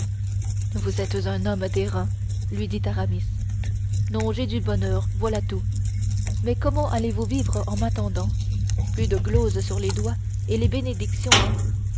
vous êtes un homme d'airain lui dit aramis non j'ai du bonheur voilà tout mais comment allez-vous vivre en m'attendant plus de thèse plus de glose sur les doigts et les bénédictions